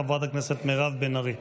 חברת הכנסת מירב בן ארי.